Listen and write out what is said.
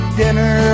dinner